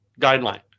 guideline